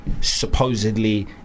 supposedly